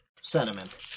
sentiment